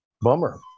bummer